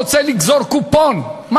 המחיר המפוקח של הקוטג' היה 4.20 שקלים,